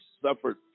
suffered